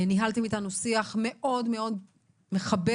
ניהלתם איתנו שיח מאוד מאוד מכבד,